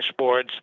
dashboards